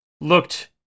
looked